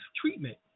treatment